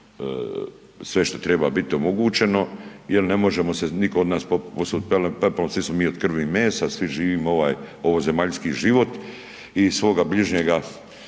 sve što treba bit omogućeno jel ne možemo se niko od nas posut pepelom, svi smo mi od krvi i mesa, svi živimo ovaj ovozemaljski život i svoga bližnjega